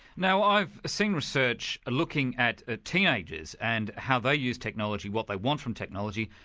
now i've seen research looking at ah teenagers, and how they use technology, what they want from technology.